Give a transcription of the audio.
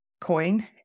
coin